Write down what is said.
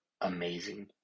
amazing